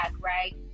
right